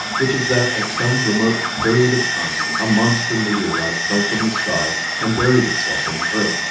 which is that at some remote period of time a monster meteorite fell from the sky and buried itself in the earth.